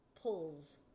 pulls